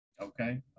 Okay